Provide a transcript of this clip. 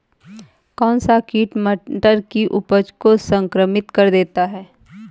कौन सा कीट मटर की उपज को संक्रमित कर देता है?